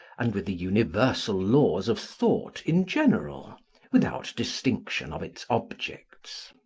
and with the universal laws of thought in general without distinction of its objects.